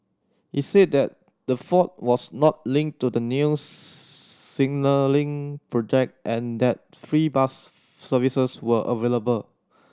it said that the fault was not linked to the new signalling project and that free bus services were available